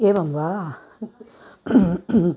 एवं वा